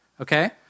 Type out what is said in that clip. Okay